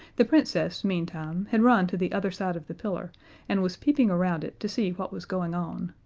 the princess, meantime, had run to the other side of the pillar and was peeping around it to see what was going on.